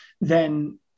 then-